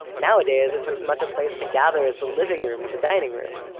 nowadays, it's as much a place to gather as the living room or the dining room.